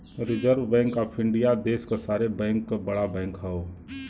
reserve bank of India देश क सारे बैंक क बड़ा बैंक हौ